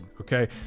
okay